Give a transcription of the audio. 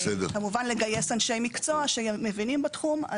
וכמובן לגייס אנשי מקצוע שמבינים בתחום.